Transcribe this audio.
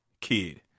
Kid